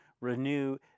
renew